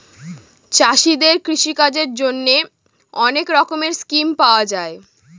চাষীদের কৃষিকাজের জন্যে অনেক রকমের স্কিম পাওয়া যায়